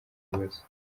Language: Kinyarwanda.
bibazo